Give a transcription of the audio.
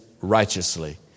righteously